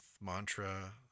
mantra